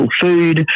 food